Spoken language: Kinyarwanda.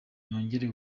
nongere